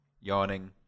yawning